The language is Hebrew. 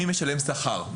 מי משלם שכר,